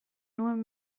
nuen